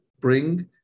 bring